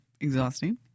exhausting